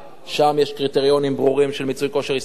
שם יש קריטריונים ברורים של מיצוי כושר ההשתכרות,